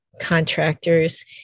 contractors